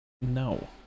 No